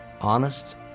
honest